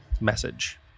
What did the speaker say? message